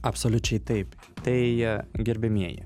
absoliučiai taip tai gerbiamieji